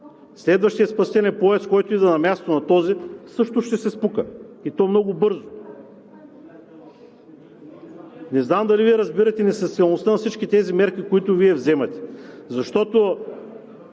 Следващият спасителен пояс, който идва на мястото на този, също ще се спука, и то много бързо – не знам дали разбирате, несъстоятелността на всички тези мерки, които Вие вземате. Защото